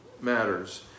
matters